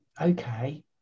okay